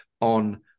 on